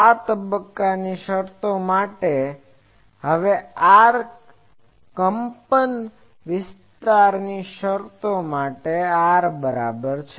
આ તબક્કાની શરતો માટે છે અને R એ કંપનવિસ્તારની શરતો માટે r બરાબર છે